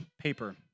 paper